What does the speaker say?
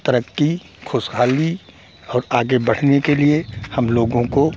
तरक्की ख़ुशहाली और आगे बढ़ने के लिए हमलोगों को